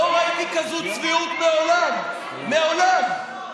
לא ראיתי כזאת צביעות מעולם, מעולם.